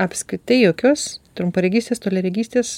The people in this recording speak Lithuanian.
apskritai jokios trumparegystės toliaregystės